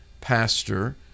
pastor